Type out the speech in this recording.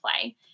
play